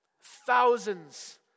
thousands